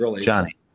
Johnny